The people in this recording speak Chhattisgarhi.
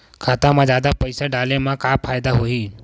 खाता मा जादा पईसा डाले मा का फ़ायदा होही?